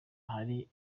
ahari